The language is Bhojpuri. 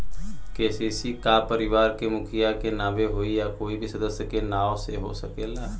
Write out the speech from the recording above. के.सी.सी का परिवार के मुखिया के नावे होई या कोई भी सदस्य के नाव से हो सकेला?